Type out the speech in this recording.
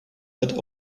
that